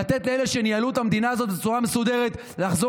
ולתת לאלה שניהלו את המדינה הזאת בצורה מסודרת לחזור